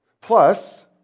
Plus